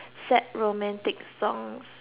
sad romantic songs